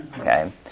Okay